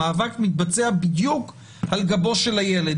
המאבק מתבצע בדיוק על גבו של הילד.